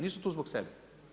Nisu tu zbog sebe.